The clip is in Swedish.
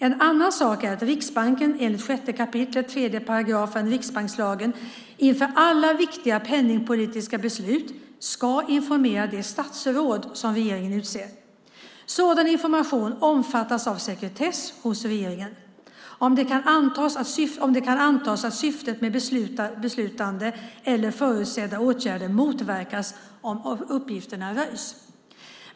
En annan sak är att Riksbanken, enligt 6 kap. 3 § riksbankslagen, inför alla viktiga penningpolitiska beslut, ska informera det statsråd som regeringen utser. Sådan information omfattas av sekretess hos regeringen, om det kan antas att syftet med beslutade eller förutsedda åtgärder motverkas om uppgifterna röjs.